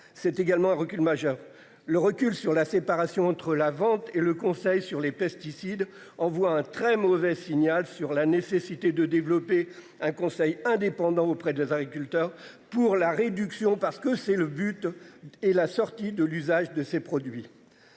c'est également un recul majeur. Le recul sur la séparation entre la vente et le Conseil sur les pesticides envoie un très mauvais signal sur la nécessité de développer un conseil indépendant auprès des agriculteurs pour la réduction parce que c'est le but et la sortie de l'usage de ces produits.